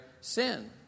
sin